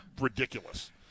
ridiculous